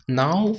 now